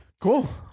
Cool